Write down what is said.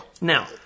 Now